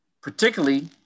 particularly